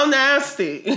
nasty